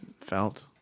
felt